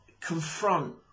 confront